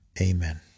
Amen